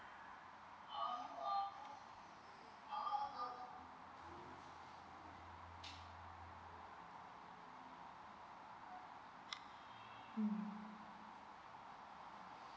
mm